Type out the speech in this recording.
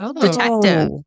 detective